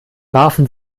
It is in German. warfen